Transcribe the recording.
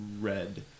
red